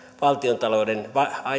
valtiontalouden